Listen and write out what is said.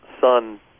son